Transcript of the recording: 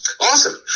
Awesome